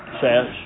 says